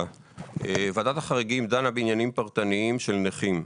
ועדת החריגים דנה בעניינים פרטניים של נכים,